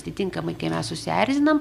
atitinkamai kai mes susierzinam